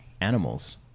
animals